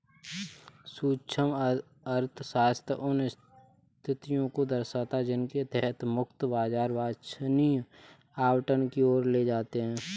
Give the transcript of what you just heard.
सूक्ष्म अर्थशास्त्र उन स्थितियों को दर्शाता है जिनके तहत मुक्त बाजार वांछनीय आवंटन की ओर ले जाते हैं